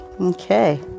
Okay